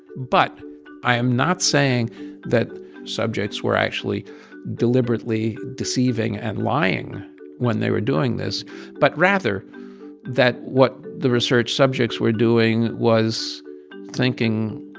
but i am not saying that subjects were actually deliberately deceiving and lying when they were doing this but rather that what the research subjects were doing was thinking,